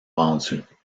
vendus